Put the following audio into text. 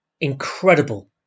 incredible